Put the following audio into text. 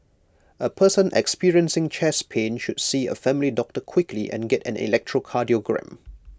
A person experiencing chest pain should see A family doctor quickly and get an electrocardiogram